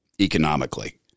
economically